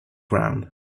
ground